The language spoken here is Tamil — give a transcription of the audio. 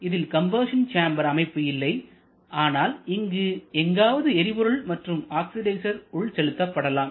இதில் கம்பஷன் சேம்பர் அமைப்பு இல்லை ஆனால் இங்கு எங்காவது எரிபொருள் மற்றும் ஆக்சிடைசேர் உள் செலுத்தப்படலாம்